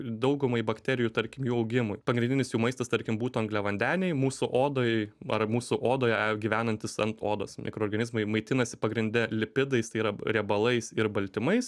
daugumai bakterijų tarkim jų augimui pagrindinis jų maistas tarkim būtų angliavandeniai mūsų odoj ar mūsų odoje gyvenantys ant odos mikroorganizmai maitinasi pagrinde lipidais tai yra riebalais ir baltymais